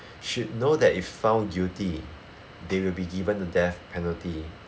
should know that if found guilty they will be given the death penalty